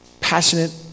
Passionate